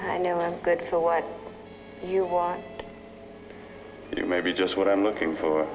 i know i'm good for what you want maybe just what i'm looking for